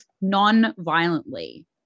non-violently